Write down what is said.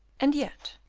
and yet,